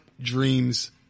dreams